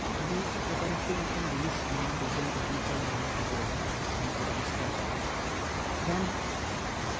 ᱟᱹᱰᱤ ᱩᱯᱚᱠᱟᱨᱤᱛᱤ ᱢᱤᱫᱴᱮᱱ ᱡᱤᱱᱤᱥ ᱱᱚᱣᱟ ᱵᱤᱜᱽᱜᱮᱭᱟᱱ ᱴᱮᱠᱱᱤᱠᱮᱞ ᱡᱩᱜᱽ ᱨᱮ ᱱᱚᱣᱟ ᱯᱷᱮᱱ ᱠᱚ ᱟᱵᱤᱥᱠᱟᱨ ᱠᱟᱫᱟ ᱯᱷᱮᱱ